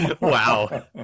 Wow